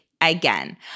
again